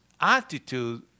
attitude